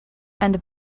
and